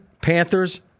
Panthers